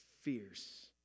fierce